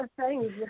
thanks